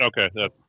Okay